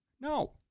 No